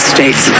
States